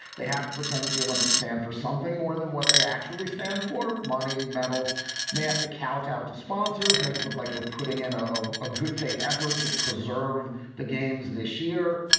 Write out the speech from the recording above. they have to pretend that the olympics stand for something more than what they actually stand for. money medals may have to kowtow to sponsors, make it look like they're putting in a ah ah good faith effort to preserve the games this year.